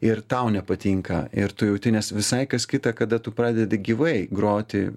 ir tau nepatinka ir tu jauti nes visai kas kita kada tu pradedi gyvai groti